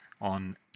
on